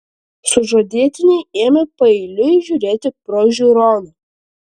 sužadėtiniai ėmė paeiliui žiūrėti pro žiūroną